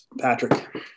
Patrick